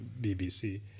BBC